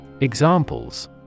Examples